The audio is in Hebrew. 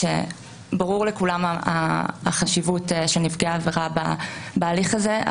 ברורה לכולם החשיבות של נפגעי העבירה בהליך הזה.